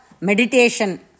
meditation